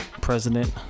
president